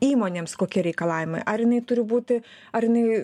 įmonėms kokie reikalavimai ar jinai turi būti ar jinai